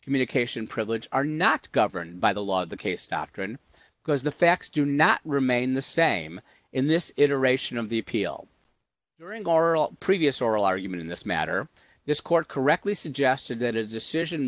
communication privilege are not governed by the law the case stopped on because the facts do not remain the same in this iteration of the appeal hearing oral previous oral argument in this matter this court correctly suggested that a decision